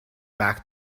back